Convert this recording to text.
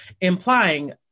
implying